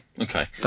Okay